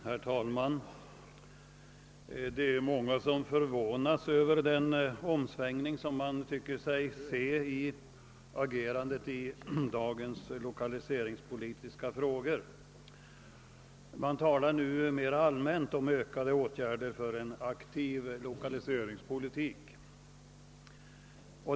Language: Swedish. Herr talman! Det är många som har förvånat sig över den omsvängning man tyckt sig märka i agerandet i dagens lokaliseringspolitiska frågor. Det talas nu mera allmänt om ökade åtgärder för en aktiv lokaliseringspolitik.